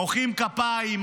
מוחאים כפיים,